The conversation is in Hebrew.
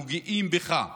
אנחנו גאים בך,